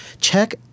Check